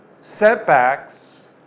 setbacks